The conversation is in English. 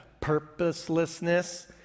purposelessness